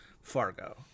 Fargo